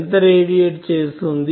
ఎంత రేడియేట్ చేస్తుంది